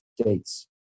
states